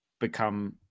become